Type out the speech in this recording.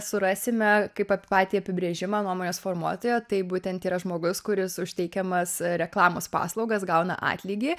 surasime kaip patį apibrėžimą nuomonės formuotojo tai būtent yra žmogus kuris už teikiamas reklamos paslaugas gauna atlygį